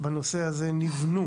בנושא הזה נבנו